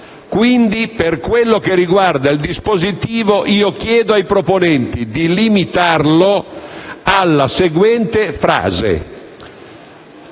mozioni, per quanto riguarda il dispositivo chiedo ai proponenti di limitarlo alla seguente frase: